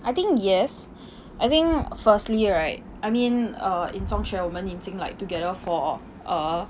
I think yes I think firstly right I mean err in 中学我们已经 together for a